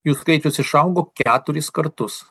jų skaičius išaugo keturis kartus